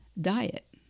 diet